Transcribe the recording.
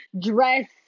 dress